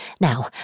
Now